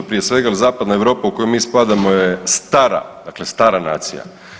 Prije svega zapadna Europa u koju mi spadamo je stara, dakle stara nacija.